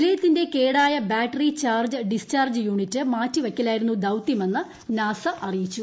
നിലയത്തിന്റെ ക്ടോ്യംബാറ്ററി charge discharge unit മാറ്റിവയ്ക്കലായിരുന്നു ഭൌതൃ്മെന്ന് നാസ അറിയിച്ചു